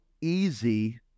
easy